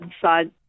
decide